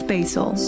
Basil